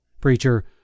PREACHER